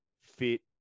fit